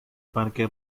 parque